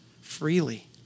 freely